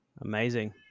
amazing